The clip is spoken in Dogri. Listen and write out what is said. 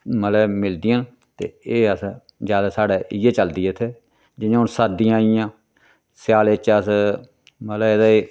मतलब मिलदियां न ते एह् अस ज्यादा साढ़ै इ'यै चलदी ऐ इत्थै जियां हून सर्दियां आइयां स्यालें च अस मतलब एह्दे च